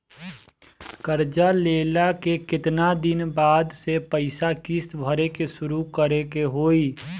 कर्जा लेला के केतना दिन बाद से पैसा किश्त भरे के शुरू करे के होई?